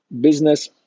business